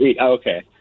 Okay